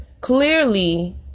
clearly